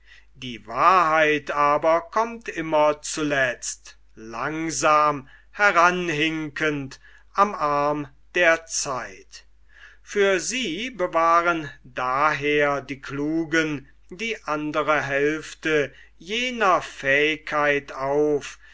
die wahrheit aber kommt immer zuletzt langsam heranhinkend am arm der zeit für sie bewahren daher die klugen die andre hälfte jener fähigkeit auf